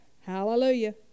Hallelujah